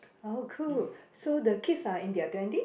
oh cool so the kids are in their twenties